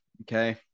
okay